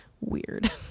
weird